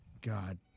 God